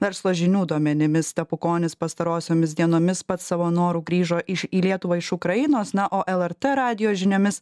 verslo žinių duomenimis stepukonis pastarosiomis dienomis pats savo noru grįžo iš į lietuvą iš ukrainos na o lrt radijo žiniomis